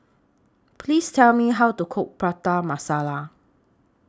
Please Tell Me How to Cook Prata Masala